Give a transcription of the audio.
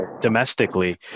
domestically